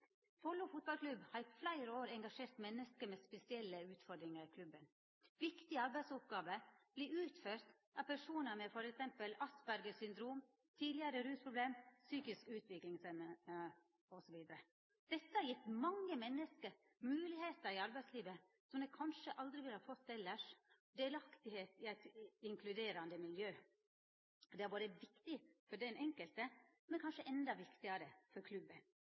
Follo fotballklubb har i fleire år engasjert menneske med spesielle utfordringar i klubben. Viktige arbeidsoppgåver blir utførte av personar med f.eks. Asperger syndrom, personar som tidlegare har hatt rusproblem, personar med psykisk utviklingshemming osv. Dette har gjeve mange menneske moglegheiter i arbeidslivet som dei kanskje aldri ville fått elles – og deltaking i eit inkluderande miljø. Det har vore viktig for den enkelte, men kanskje endå viktigare for klubben.